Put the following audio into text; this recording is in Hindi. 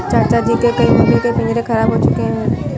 चाचा जी के कई मुर्गी के पिंजरे खराब हो चुके हैं